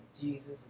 jesus